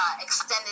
extended